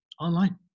online